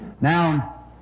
Now